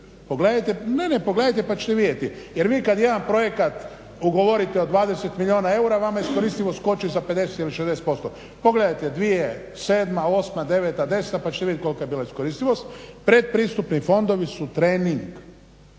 iskoristivost. Pogledajte pa ćete vidjeti jer vi kad jedan projekat ugovorite od 20 milijuna eura vama iskoristivost skoči za 50 ili 60%. Pogledajte dvije, sedma, osma, deveta, deseta pa ćete vidjeti kolika je bila iskoristivost. Predpristupni fondovi su trening